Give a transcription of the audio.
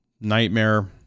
Nightmare